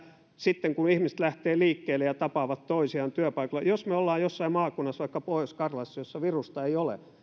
sitten kun ihmiset lähtevät liikkeelle ja tapaavat toisiaan työpaikoilla jos me olemme jossain maakunnassa vaikka pohjois karjalassa jossa virusta ei ole niin